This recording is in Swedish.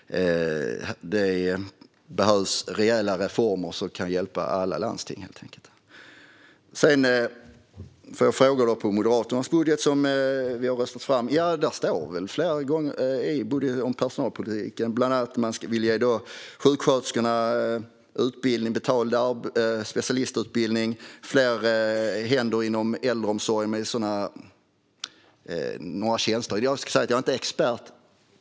Det behövs rejäla reformer som kan hjälpa alla landsting, helt enkelt. Sedan får jag frågor om Moderaternas budget, som vi har röstat fram. Det står väl flera gånger i budgeten om personalpolitiken. Bland annat vill man ge sjuksköterskorna betald specialistutbildning. Det ska vara fler händer inom äldreomsorgen med sådana här tjänster. Jag ska säga att jag inte är expert.